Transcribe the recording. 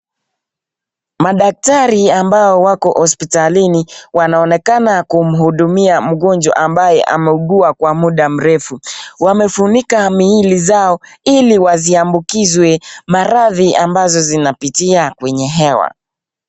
Madaktari ambao wako hospitalini wanaonekana kumhudumia mgonjwa ambaye ameugua kwa muda mrefu. Wamefunika miili zao ili wasiambukizwe maradhi ambazo zinapitia kwenye hewa.